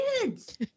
kids